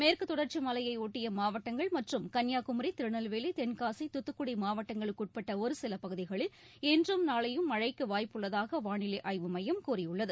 மேற்கு தொடர்ச்சி மலையை ஒட்டிய மாவட்டங்கள் மற்றும் கன்னியாகுமரி திருநெல்வேலி தென்காசி துத்துக்குடி மாவட்டங்களுக்கு உட்பட்ட ஒருசில பகுதிகளில் இன்றும் நாளையும் மழைக்கு வாய்ப்புள்ளதாக வானிலை ஆய்வு மையம் கூறியுள்ளது